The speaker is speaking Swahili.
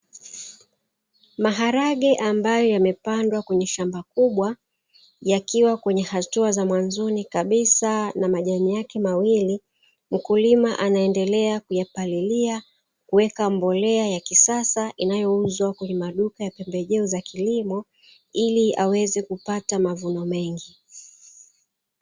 Maharage ambayo yamepandwa kwenye shamba kubwa, yakiwa kwenye hatua za mwanzoni kabisa na majani yake mawili, mkulima anaendelea kuyapalilia, kuweka mbolea ya kisasa, inayouzwa kwenye maduka ya pembejeo za kilimo, ili aweze kupata mavuno mengi.